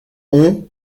ont